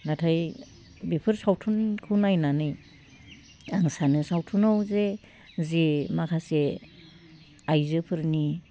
नाथाय बेफोर सावथुनखौ नायनानै आं सानो सावथुनाव जे जे माखासे आइजोफोरनि